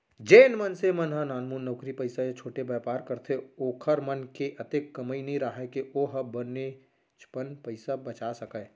जेन मनखे मन ह नानमुन नउकरी पइसा या छोटे बयपार करथे ओखर मन के अतेक कमई नइ राहय के ओ ह बनेचपन पइसा बचा सकय